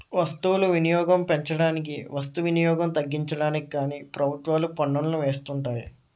వస్తువులు వినియోగం పెంచడానికి వస్తు వినియోగం తగ్గించడానికి కానీ ప్రభుత్వాలు పన్నులను వేస్తుంటాయి